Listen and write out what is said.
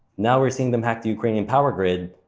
now we're seeing them hack the ukrainian power grid.